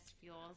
fuels